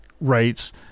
rights